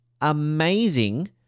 Amazing